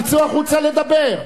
תצאו החוצה לדבר.